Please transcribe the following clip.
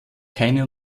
keine